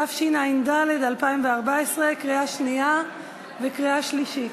התשע"ד 2014, קריאה שנייה וקריאה שלישית.